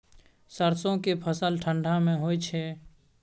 सरसो के फसल ठंडा मे होय छै?